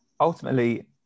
ultimately